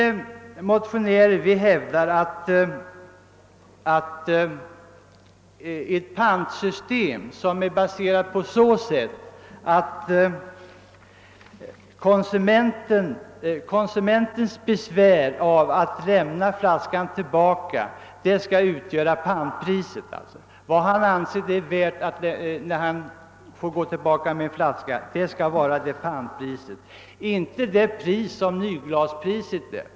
Vi motionärer hävdar att ett pantsystem bör tillämpas och att panten bör motsvara inte nyglaspriset utan vad konsumenten anser sitt besvär med att lämna tillbaka en flaska vara värt.